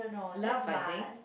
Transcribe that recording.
love I think